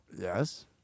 Yes